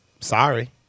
Sorry